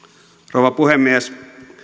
rouva puhemies